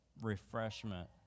refreshment